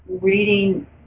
reading